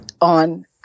on